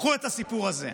קחו את הסיפור הזה.